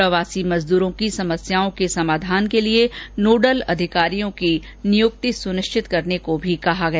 प्रवासी मजदूरों की समस्याओं के समाधान के लिए नोडल अधिकारियों की नियुक्ति सुनिश्चित करने को भी कहा गया है